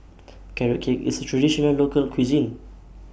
Carrot Cake IS A Traditional Local Cuisine